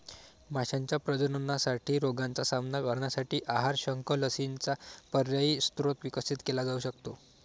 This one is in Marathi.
माशांच्या प्रजननासाठी रोगांचा सामना करण्यासाठी आहार, शंख, लसींचा पर्यायी स्रोत विकसित केला जाऊ शकतो